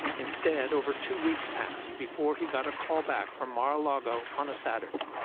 instead, over two weeks passed before he got a call back from mar-a-lago on a saturday.